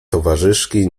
towarzyszki